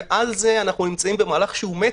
ועל זה אנחנו נמצאים במהלך שהוא מטא,